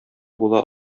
була